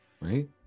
right